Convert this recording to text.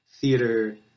theater